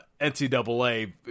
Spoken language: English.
NCAA